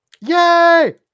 Yay